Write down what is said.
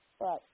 Right